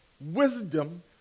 wisdom